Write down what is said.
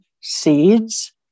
Seeds